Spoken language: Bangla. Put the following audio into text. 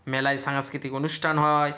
মেলায় সাংস্কৃতিক অনুষ্ঠান হয়